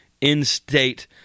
in-state